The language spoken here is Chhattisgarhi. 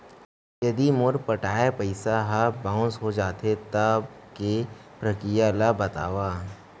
यदि मोर पटाय पइसा ह बाउंस हो जाथे, तब के प्रक्रिया ला बतावव